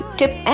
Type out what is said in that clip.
tip